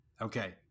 Okay